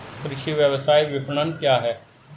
कृषि व्यवसाय विपणन क्या है?